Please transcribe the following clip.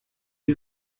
die